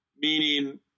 meaning